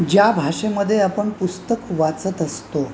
ज्या भाषेमध्ये आपण पुस्तक वाचत असतो